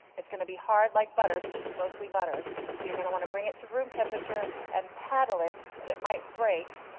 it's going to be hard like butter, because it's mostly butter, so you're going to want to bring it to room temperature and paddle it. and it might break,